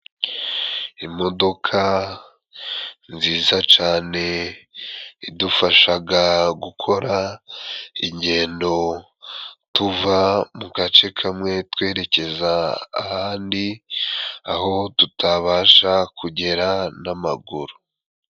Imodoka nziza cane idufashaga gukora ingendo, tuva mu gace kamwe twerekeza ahandi, aho tutabasha kugera n'amaguru.